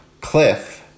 cliff